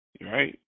Right